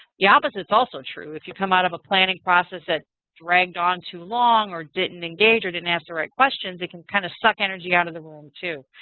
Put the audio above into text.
the opposite is also true. if you come out of a planning process that dragged on too long or didn't engage or didn't ask the right questions, it can kind of suck energy out of the room too.